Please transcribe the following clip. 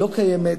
לא קיימת.